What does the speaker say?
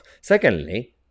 Secondly